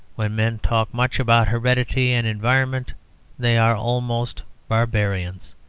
when men talk much about heredity and environment they are almost barbarians.